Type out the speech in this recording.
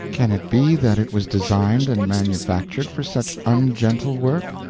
can it be that it was designed and manufactured for such ungentle work?